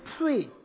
pray